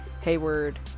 Hayward